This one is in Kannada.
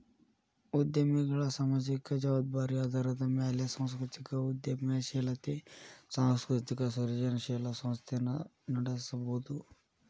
ಉದ್ಯಮಿಗಳ ಸಾಮಾಜಿಕ ಜವಾಬ್ದಾರಿ ಆಧಾರದ ಮ್ಯಾಲೆ ಸಾಂಸ್ಕೃತಿಕ ಉದ್ಯಮಶೇಲತೆ ಸಾಂಸ್ಕೃತಿಕ ಸೃಜನಶೇಲ ಸಂಸ್ಥೆನ ನಡಸಬೋದು